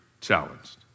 challenged